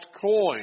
coin